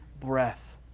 breath